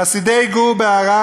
חסידי גור בערד,